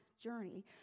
journey